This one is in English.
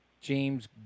James